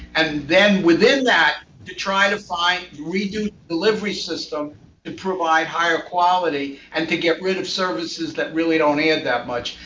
and then within that, to try to find reduced delivery system to provide higher quality, and to get rid of services that really don't add and that much.